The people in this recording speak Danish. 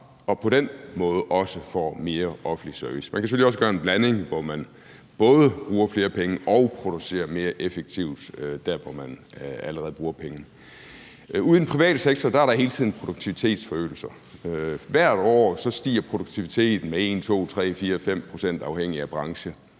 og på den måde også får mere offentlig service. Man kan selvfølgelig også bruge en blanding, hvor man både bruger flere penge og producerer mere effektivt der, hvor man allerede bruger penge. Ude i den private sektor er der hele tiden produktivitetsforøgelser. Hvert år stiger produktiviteten med 1, 2, 3, 4 eller 5 pct. afhængigt af branche.